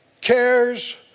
cares